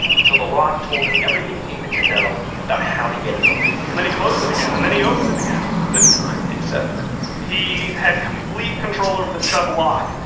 until the lock told him everything he needed to know about how to get it open and then he closed it again, and then he opened it again this time in seven minutes he had complete control over the chubb lock.